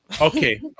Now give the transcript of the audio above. Okay